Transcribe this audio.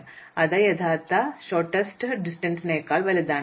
അതിനാൽ അത് യഥാർത്ഥ ഹ്രസ്വ ദൂരത്തേക്കാൾ വലുതാണ്